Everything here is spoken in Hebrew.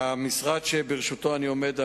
המשרד שבראשותו אני עומד,